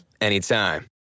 anytime